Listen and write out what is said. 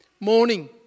Morning